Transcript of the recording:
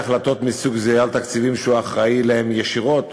החלטות מסוג זה על תקציבים שהוא אחראי להם ישירות.